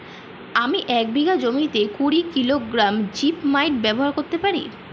আমি এক বিঘা জমিতে কুড়ি কিলোগ্রাম জিপমাইট ব্যবহার করতে পারি?